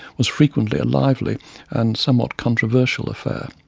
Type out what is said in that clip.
was frequently a lively and somewhat controversial affair.